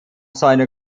seine